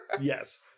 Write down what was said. Yes